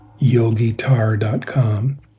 yogitar.com